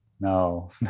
no